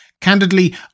Candidly